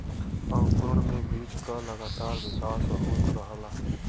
अंकुरण में बीज क लगातार विकास होत रहला